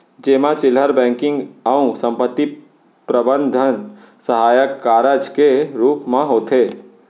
जेमा चिल्लहर बेंकिंग अउ संपत्ति प्रबंधन सहायक कारज के रूप म होथे